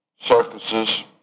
circuses